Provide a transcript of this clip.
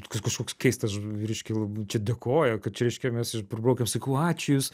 kad kažkoks keistas reiškia čia dėkoja kad čia reiškia mes iš pribraukėm sakau ačiū jūs